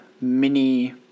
mini